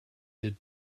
did